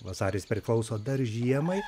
vasaris priklauso dar žiemai